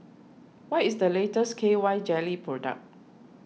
what is the latest K Y Jelly product